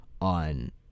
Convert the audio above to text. on